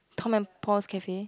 Tom and Paul's Cafe